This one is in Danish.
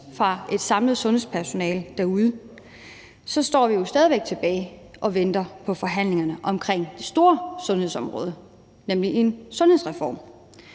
fra et samlet sundhedspersonale derude står vi jo stadig væk tilbage og venter på forhandlingerne omkring det store sundhedsområde, nemlig en sundhedsreform.